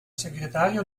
segretario